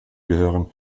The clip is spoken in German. gehören